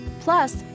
Plus